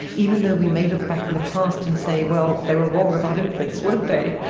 even though we may look back in the past and say, well, they were wrong about infants weren't they.